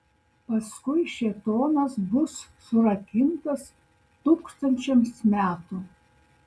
paskui šėtonas bus surakintas tūkstančiams metų